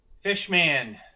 Fishman